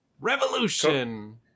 Revolution